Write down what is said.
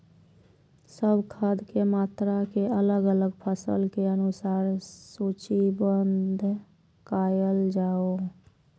सब खाद के मात्रा के अलग अलग फसल के अनुसार सूचीबद्ध कायल जाओ?